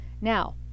now